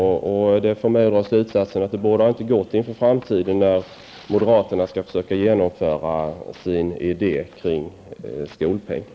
Jag drar då slutsatsen att det inte bådar gott för framtiden då moderaterna skall försöka genomföra sina idéer kring skolpengen.